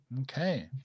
Okay